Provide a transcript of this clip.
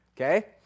okay